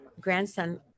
grandson